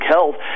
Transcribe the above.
Health